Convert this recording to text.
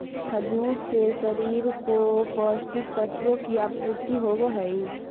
खजूर से शरीर को पौष्टिक तत्वों की आपूर्ति होवअ हई